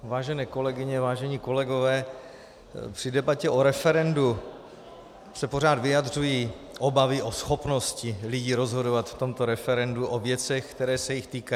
Vážené kolegyně, vážení kolegové, při debatě o referendu se pořád vyjadřují obavy o schopnosti lidí rozhodovat v tomto referendu o věcech, které se jich týkají.